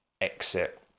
exit